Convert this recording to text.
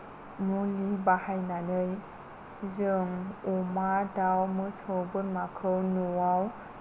मुलि बाहायनानै जों अमा दाउ मोसौ बोरमाफोरखौ न'आव